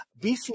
BC